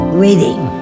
waiting